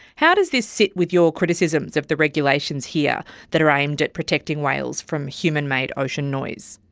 how does this sit with your criticisms of the regulations here that are aimed at protecting whales from human-made ocean noise?